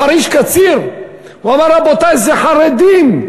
לחריש-קציר הוא אמר: רבותי, זה חרדים.